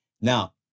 now